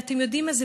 ואתם יודעים מה,